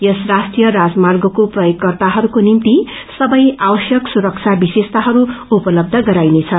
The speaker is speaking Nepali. यस राष्ट्रिय राजर्मागको प्रयोगकर्ताहरूको निम्ति सबै आवश्यक सुरक्षा विशेषताहरू उपलब्य गराइनेछ